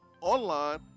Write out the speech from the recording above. online